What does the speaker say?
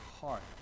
heart